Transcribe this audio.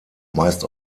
meist